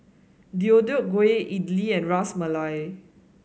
Deodeok Gui Idili and Ras Malai